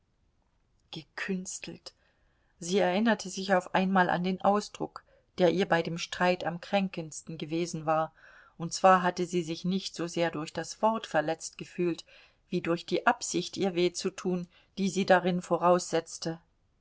gekünstelt sie erinnerte sich auf einmal an den ausdruck der ihr bei dem streit am kränkendsten gewesen war und zwar hatte sie sich nicht sosehr durch das wort verletzt gefühlt wie durch die absicht ihr weh zu tun die sie darin voraussetzte